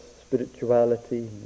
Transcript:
spirituality